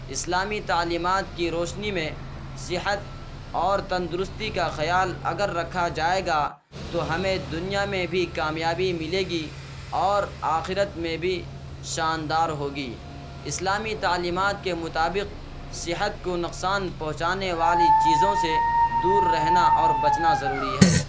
اسلامی تعلیمات کی روشنی میں صحت اور تندرستی کا خیال اگر رکھا جائے گا تو ہمیں دنیا میں بھی کامیابی ملے گی اور آخرت میں بھی شاندار ہوگی اسلامی تعلیمات کے مطابق صحت کو نقصان پہنچانے والی چیزوں سے دور رہنا اور بچنا ضروری ہے